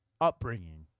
upbringing